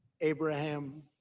Abraham